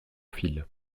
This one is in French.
fil